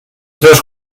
tres